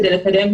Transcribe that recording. כדי לקדם